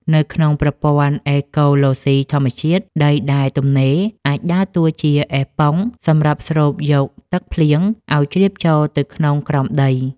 នៅក្នុងប្រព័ន្ធអេកូឡូស៊ីធម្មជាតិ ដីដែលទំនេរអាចដើរតួជា អេប៉ុង សម្រាប់ស្រូបយកទឹកភ្លៀងឱ្យជ្រាបចូលទៅក្នុងក្រោមដី។